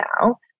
now